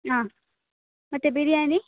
ಹಾಂ ಮತ್ತೆ ಬಿರ್ಯಾನಿ